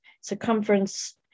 circumference